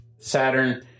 Saturn